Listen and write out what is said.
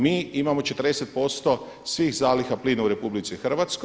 Mi imamo 40% svih zaliha plina u RH.